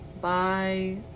Bye